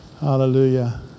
Hallelujah